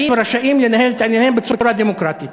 ורשאים לנהל את ענייניהם בצורה דמוקרטית.